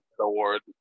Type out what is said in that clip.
award